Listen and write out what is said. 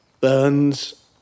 burns